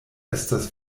estas